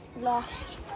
lost